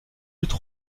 lutte